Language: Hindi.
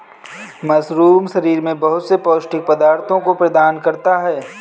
मशरूम शरीर में बहुत से पौष्टिक पदार्थों को प्रदान करता है